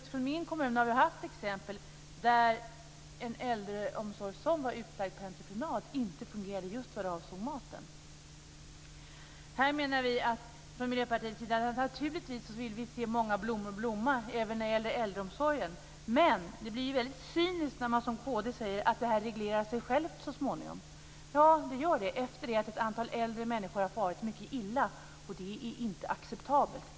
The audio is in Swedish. I min kommun har vi haft exempel där en äldreomsorg som var utlagd på entreprenad inte fungerade just vad avsåg maten. Från Miljöpartiets sida menar vi att vi naturligtvis vill se många blommor blomma även när det gäller äldreomsorgen. Men det blir väldigt cyniskt när man som kd säger att det här reglerar sig självt så småningom. Ja, det gör det - efter det att ett antal äldre människor har farit mycket illa, och det är inte acceptabelt.